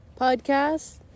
Podcast